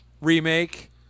remake